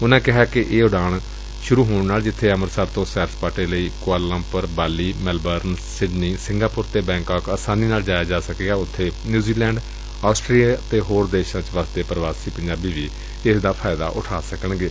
ਉਨੂਾਂ ਕਿਹਾ ਕਿ ਇਹ ਉਡਾਨ ਸ਼ੁਰੁ ਹੋਣ ਨਾਲ ਜਿਬੇ ਅਮ੍ਰਿਤਸਰ ਤੋ ਸੈਰ ਸਪਾਟੇ ਲਈ ਕੁਆਲਾਲੰਪਰ ਬਾਲੀ ਮੈਲਬਰਨਸਿਡਨੀ ਸਿੰਘਾਪੁਰ ੱਅਤੇ ਬੈਂਕਾਕ ਅਸਾਨੀ ਨਾਲ ਜਾ ਸਕਣਗੇ ਉਬੇ ਨਿਉਜੀਲੈਂਡ ਆਸਟਰੀਆ ਅਤੇ ਹੋਰ ਦੇਸ਼ਾਂ ਵਿਚ ਵੱਸਦੇ ਪ੍ਰਵਾਸੀ ਪੰਜਾਬੀ ਵੀ ਇਸ ਉਡਾਨ ਦਾ ਲਾਭ ਉਠਾਉਣਗੇ